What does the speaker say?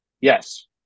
Yes